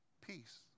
peace